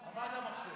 ההצעה